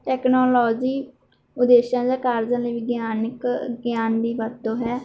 technology ਵਿਦੇਸ਼ਾਂ ਦਾ ਕਾਰਜਾਂ ਲਈ ਵਿਗਿਆਨਿਕ ਗਿਆਨ ਦੀ ਵਰਤੋਂ ਹੈ